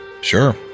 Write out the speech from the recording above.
Sure